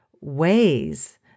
ways